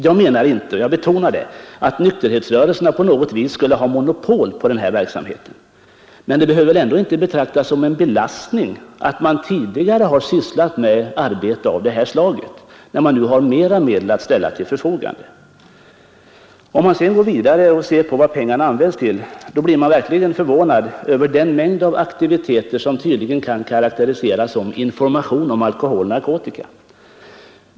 Jag menar inte — jag vill betona det — att nykterhetsrörelsen på något vis skulle ha monopol på den här verksamheten, men det behöver väl ändå inte betraktas som en belastning att man tidigare har sysslat med arbete av det här slaget, när det nu finns mera medel att ställa till förfogande! Om man sedan går vidare och ser på vad pengarna använts till, blir man verkligen förvånad över den mängd av aktiviteter som tydligen kan karakteriseras som information om alkohol och narkotika.